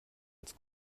als